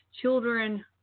children